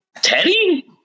Teddy